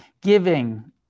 Giving